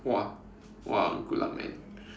!wah! !wah! good luck man